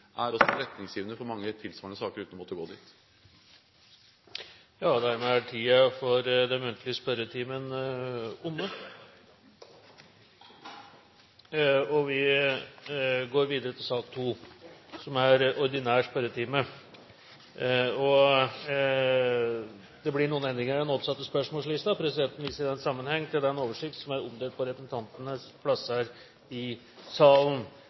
er også retningsgivende for mange tilsvarende saker uten å måtte gå dit. Dermed er den muntlige spørretimen omme, og vi går videre til sak nr. 2, den ordinære spørretimen. Det blir noen endringer i den oppsatte spørsmålslisten. Presidenten viser i den sammenheng til den oversikt som er omdelt på representantenes plasser i salen.